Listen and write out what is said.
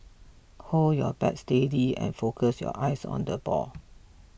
hold your bat steady and focus your eyes on the ball